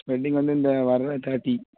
wedding வந்து இந்த வர்ற தேர்ட்டி